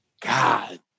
God